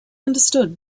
understood